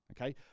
okay